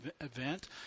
event